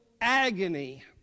agony